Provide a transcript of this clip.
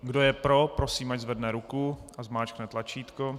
Kdo je pro, prosím, ať zvedne ruku a zmáčkne tlačítko.